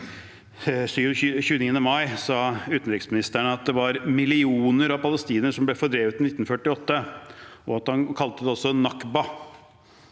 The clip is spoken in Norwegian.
29. mai sa utenriksministeren at det var millioner av palestinere som ble fordrevet i 1948. Han kalte det også «nakba».